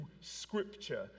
Scripture